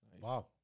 Wow